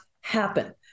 happen